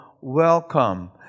welcome